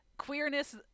queerness